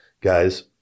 guys